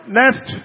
next